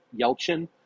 Yelchin